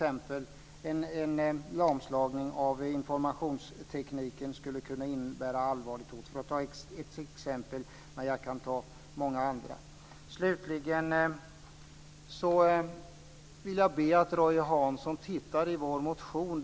En lamslagning av informationstekniken skulle kunna vara ett allvarligt hot. Det är ett exempel, men jag kan ge många andra. Jag vill slutligen be att Roy Hansson läser vår motion.